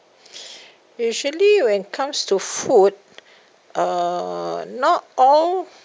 usually when comes to food uh not all